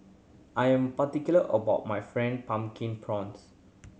I am particular about my Fried Pumpkin Prawns